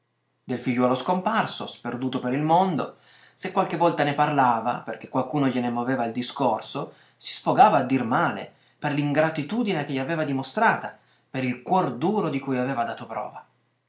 del figliuolo scomparso sperduto per il mondo se qualche volta ne parlava perché qualcuno gliene moveva il discorso si sfogava a dir male per l'ingratitudine che gli aveva dimostrata per il cuor duro di cui aveva dato prova